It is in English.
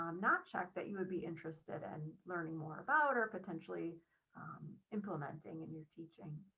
um not check that you would be interested in learning more about or potentially implementing and your teaching.